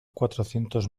cuatrocientos